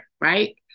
right